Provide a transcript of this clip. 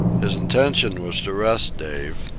his intention was to rest dave,